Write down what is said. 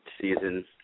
season